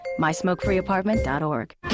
mysmokefreeapartment.org